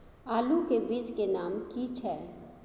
आलू के बीज के नाम की छै?